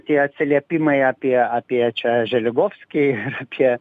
tie atsiliepimai apie apie čia želigovskį apie